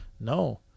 No